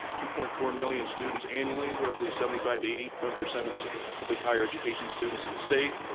two point four million students annually, roughly seventy five to eighty percent of the public higher education students in the state,